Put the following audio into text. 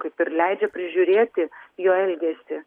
kaip ir leidžia prižiūrėti jo elgesį